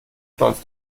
stolz